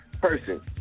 person